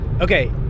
okay